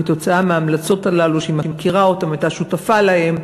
כתוצאה מההמלצות האלה שהיא מכירה והייתה שותפה להן,